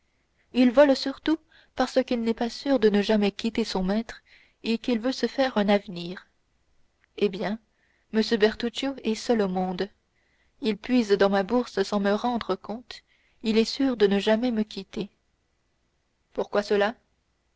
il vole surtout parce qu'il n'est pas sûr de ne jamais quitter son maître et qu'il veut se faire un avenir eh bien m bertuccio est seul au monde il puise dans ma bourse sans me rendre compte il est sûr de ne jamais me quitter pourquoi cela